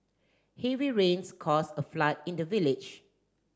heavy rains caused a flood in the village